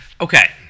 okay